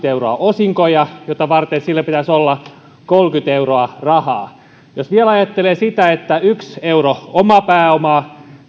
euroa osinkoja jota varten sillä pitäisi olla kolmekymmentä euroa rahaa jos vielä ajattelee sitä että yhdellä eurolla omaa pääomaa